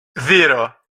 zero